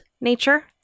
nature